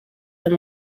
him